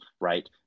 right